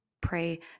Pray